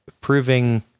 proving